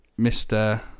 Mr